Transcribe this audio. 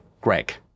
greg